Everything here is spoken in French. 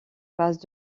passe